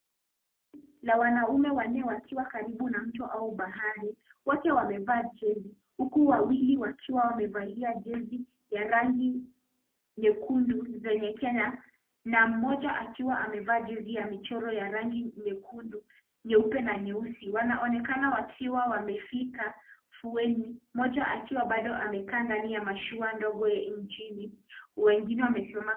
Kundi la wanaume wanne wakiwa kando ya mto au bahari, wote wamevaa jezi. Huku wawili wakiwa wamevalia jezi ya rangi nyekundu zenye Kenya, na mmoja akiwa amevaa jezi ya michoro ya rangi nyekundu, nyeupe, na nyeusi. Wanaonekana wakiwa wamefika fueni. Mmoja akiwa bado amekaa ndani ya mashua ndogo ya injini, wengine wamesimama.